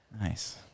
nice